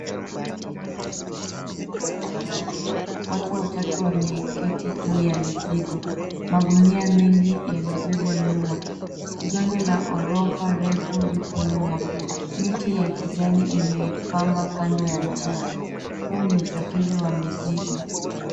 Lori kubwa la mizigo lipo barabarani. Watu watatu wameketi juu ya mizigo. Magunia mengi yamebebwa nyuma. Jengo la ghorofa refu lipo nyuma. Miti ya kijani imepamba kando ya njia. Huu ni usafiri wa mizigo.